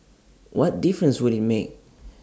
what difference would IT make